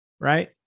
right